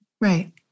Right